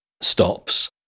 stops